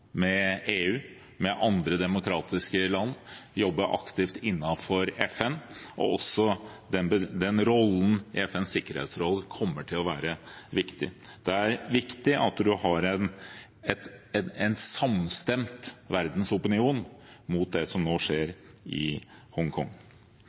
med EU, med andre demokratiske land og jobbe aktivt innenfor FN. Også rollen i FNs sikkerhetsråd kommer til å være viktig. Det er viktig å ha en samstemt verdensopinion mot det som nå skjer